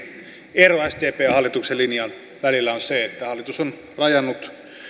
ero sdpn ja hallituksen linjan välillä on se että hallitus on rajannut yhteiskunnan